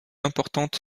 importante